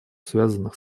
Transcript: связанных